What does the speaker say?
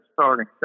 starting